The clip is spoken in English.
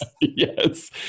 Yes